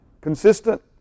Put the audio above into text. consistent